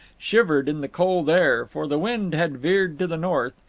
shivered in the cold air, for the wind had veered to the north,